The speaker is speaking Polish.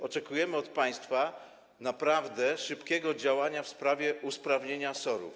Oczekujemy od państwa naprawdę szybkiego działania w sprawie usprawnienia SOR-ów.